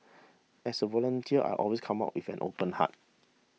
as a volunteer I always come with an open heart